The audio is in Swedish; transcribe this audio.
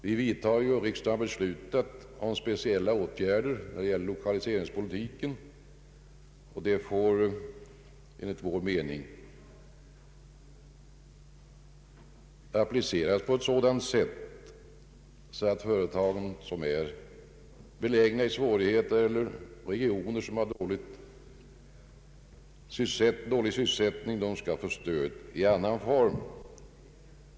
Vi vidtar speciella åtgärder, som riksdagen har beslutat när det gäller lokaliseringspolitiken, och de bör enligt vår mening appliceras på ett sådant sätt att företag som har svårigheter eller är belägna i regioner med dålig sysselsättning får stöd i annan form.